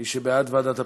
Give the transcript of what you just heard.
מי שבעד ועדת הפנים,